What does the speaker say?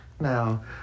Now